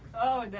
oh there?